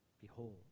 Behold